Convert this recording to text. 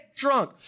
drunk